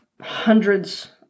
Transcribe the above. hundreds